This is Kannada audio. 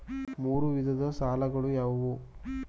ಮೂರು ವಿಧದ ಸಾಲಗಳು ಯಾವುವು?